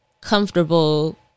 comfortable